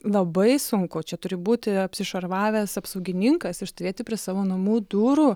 labai sunku čia turi būti apsišarvavęs apsaugininkas ir stovėti prie savo namų durų